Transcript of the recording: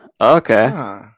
okay